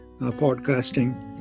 podcasting